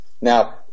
Now